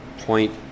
point